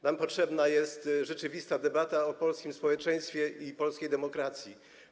Nam potrzebna jest rzeczywista debata o polskim społeczeństwie i polskiej demokracji.